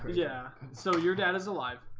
yeah, so your dad is alive,